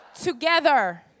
together